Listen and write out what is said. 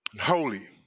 holy